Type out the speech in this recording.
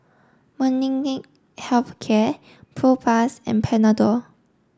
Molnylcke Health Care Propass and Panadol